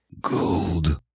Gold